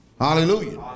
Hallelujah